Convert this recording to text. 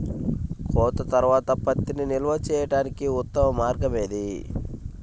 కోత తర్వాత పత్తిని నిల్వ చేయడానికి ఉత్తమ మార్గం ఏది?